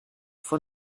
for